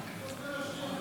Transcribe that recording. ראשונה,